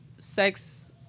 sex